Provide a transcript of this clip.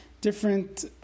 Different